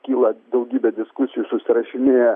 kyla daugybė diskusijų susirašinėja